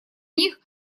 них